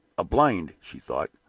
a blind, she thought,